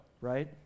right